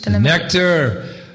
nectar